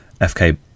FK